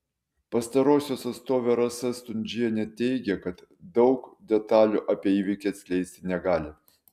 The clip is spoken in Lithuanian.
pastarosios atstovė rasa stundžienė teigė kad daug detalių apie įvykį atskleisti negali